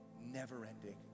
never-ending